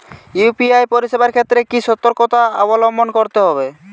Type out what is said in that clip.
UPI পরিসেবার ক্ষেত্রে কি সতর্কতা অবলম্বন করতে হবে?